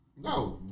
No